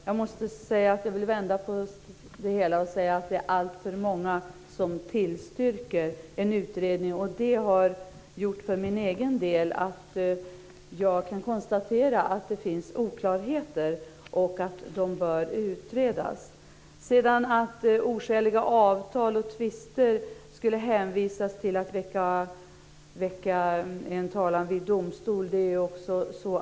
Jag skulle vilja vända på det hela och säga att det är alltför många som tillstyrker en utredning, och det har gjort att jag kan konstatera att det finns oklarheter och att de bör utredas. Sedan gäller det detta att oskäliga avtal och tvister skulle lösas genom att väcka talan vid domstol.